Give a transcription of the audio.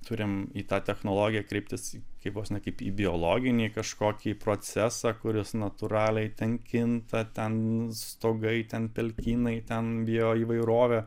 turim į tą technologiją kreiptis kaip vos ne kaip į biologinį kažkokį procesą kuris natūraliai ten kinta ten stogai ten pelkynai ten bioįvairovė